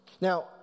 Now